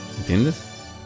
¿Entiendes